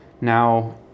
Now